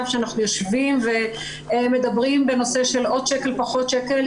כשאנחנו יושבים ומדברים בנושא של עוד שקל או פחות שקל,